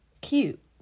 cute